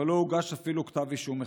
אבל לא הוגש אפילו כתב אישום אחד.